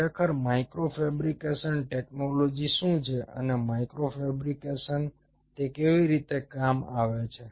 ખરેખર micro fabrication technology શું છે અને માઇક્રો ફેબ્રિકેશનમાં તે કેવી રીતે કામ આવે છે